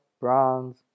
Bronze